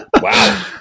wow